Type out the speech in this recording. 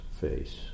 face